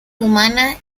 humanas